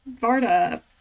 varda